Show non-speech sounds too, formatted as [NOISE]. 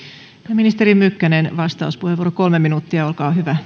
ministeri mykkänen vastauspuheenvuoro kolme minuuttia olkaa hyvä [UNINTELLIGIBLE]